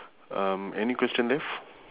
um any question left